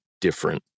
different